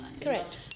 Correct